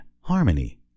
Harmony